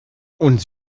uns